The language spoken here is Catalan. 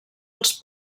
als